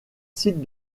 sites